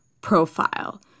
profile